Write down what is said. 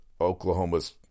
Oklahoma's